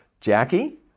Jackie